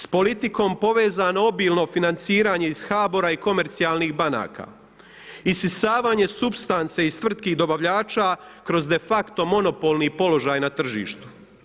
S politikom povezano obilno financiranje iz HBOR-a i komercijalnih banaka, isisavanje supstance iz tvrtki dobavljača kroz de facto monopolni položaj na tržištu.